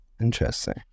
Interesting